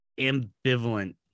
Ambivalent